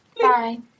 Bye